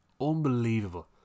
Unbelievable